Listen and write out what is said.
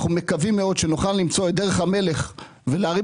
אנחנו מקווים מאוד שנוכל למצוא את דרך המלך ולהרים